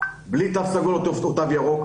בלי תו סגול או תו ירוק,